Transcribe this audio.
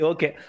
Okay